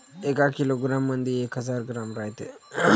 एका किलोग्रॅम मंधी एक हजार ग्रॅम रायते